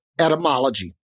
etymology